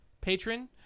Patron